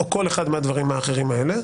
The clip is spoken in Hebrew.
או כל אחד מהדברים האחרים האלה.